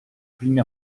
primi